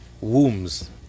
wombs